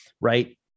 right